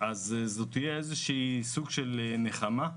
אז תהיה בכך מעט נחמה.